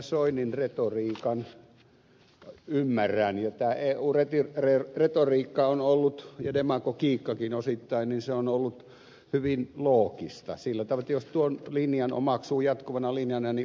soinin retoriikan ymmärrän ja tämä eu retoriikka on ollut ja demagogiakin osittain hyvin loogista sillä tavalla että jos tuon linjan omaksuu jatkuvana linjana niin ok